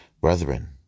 brethren